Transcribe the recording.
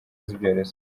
z’ibyorezo